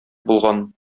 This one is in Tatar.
булган